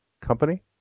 company